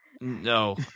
No